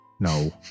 No